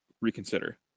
reconsider